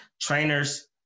trainers